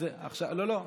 לא, לא,